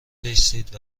بایستید